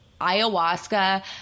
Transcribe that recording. ayahuasca